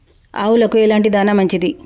ఆవులకు ఎలాంటి దాణా మంచిది?